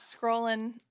scrolling